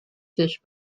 fish